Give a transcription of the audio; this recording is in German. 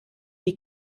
die